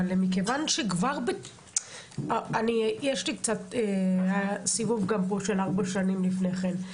אבל מכיוון שיש לי סיבוב פה של ארבע שנים לפני כן,